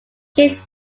kidd